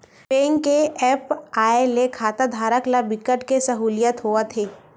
bank के apps आए ले खाताधारक ल बिकट के सहूलियत होवत हे